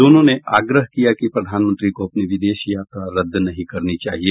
दोनों ने आग्रह किया कि प्रधानमंत्री को अपनी विदेश यात्रा रद्द नहीं करनी चाहिए